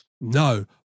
no